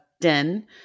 den